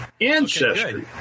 Ancestry